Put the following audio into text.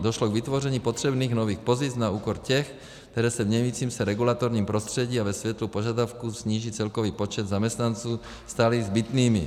Došlo k vytvoření potřebných nových pozic na úkor těch, které se v měnícím se regulatorním prostředí a ve světle požadavku snížit celkový počet zaměstnanců staly zbytnými.